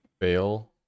fail